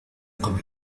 قبل